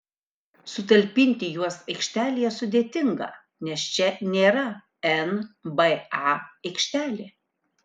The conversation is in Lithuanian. sutalpinti juos aikštelėje sudėtinga nes čia nėra nba aikštelė